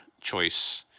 choice